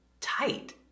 tight